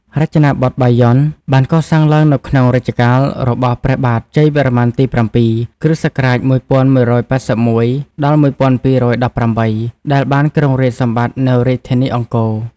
រចនាបថបាយ័ន បានកសាងឡើងនៅក្នុងរជ្ជកាលរបស់ព្រះបាទ ជ័យវរ្ម័នទី៧ (គ.ស.១១៨១-១២១៨) ដែលបានគ្រងរាជ្យសម្បត្តិនៅរាជធានីអង្គរ។